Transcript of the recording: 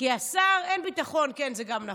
כי השר אין-ביטחון, זה נכון,